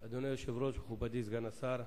אדוני היושב-ראש, מכובדי סגן השר,